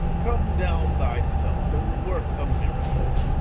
come down thyself and work a miracle